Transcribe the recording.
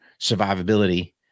survivability